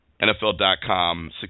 NFL.com